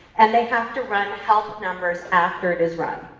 and they have to run health numbers after it is run.